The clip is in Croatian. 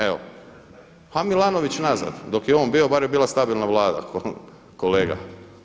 Evo, a Milanović nazad, dok je on bio bar je bila stabilna Vlada kolega.